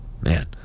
man